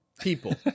people